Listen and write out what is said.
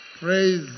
Praise